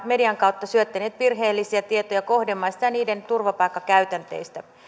median kautta syöttäneet virheellisiä tietoja kohdemaista ja niiden turvapaikkakäytänteistä